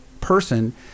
person